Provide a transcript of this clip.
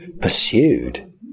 pursued